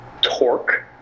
torque